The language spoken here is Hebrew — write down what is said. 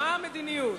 מה המדיניות?